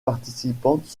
participantes